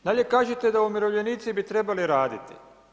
Dalje, kažete da umirovljenici bi trebali raditi.